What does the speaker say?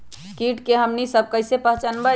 किट के हमनी सब कईसे पहचान बई?